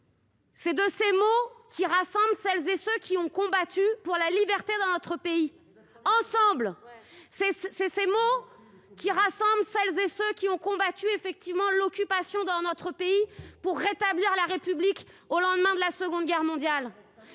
l'un de ces mots qui rassemblent celles et ceux qui ont combattu ensemble pour la liberté dans notre pays. Vous n'êtes pas les seuls ! C'est l'un de ces mots qui rassemblent celles et ceux qui ont combattu l'occupation dans notre pays pour rétablir la République au lendemain de la Seconde Guerre mondiale.